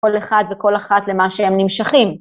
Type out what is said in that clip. ‫כל אחד וכל אחת למה שהם נמשכים.